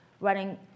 running